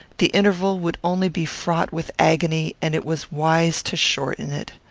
the interval would only be fraught with agony, and it was wise to shorten it.